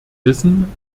wissen